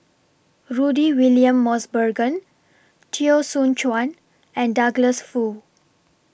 Rudy William Mosbergen Teo Soon Chuan and Douglas Foo